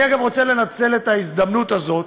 אגב, אני רוצה לנצל את ההזדמנות הזאת